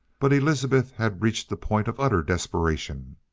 but elizabeth had reached the point of utter desperation.